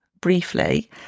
briefly